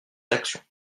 d’action